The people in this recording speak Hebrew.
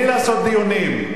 בלי לעשות דיונים,